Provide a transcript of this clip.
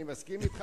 אני מסכים אתך,